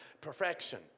Perfection